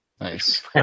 Nice